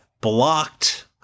blocked